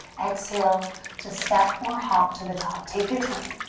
exhale to step or hop to the top. take your time.